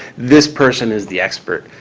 this person is the expert.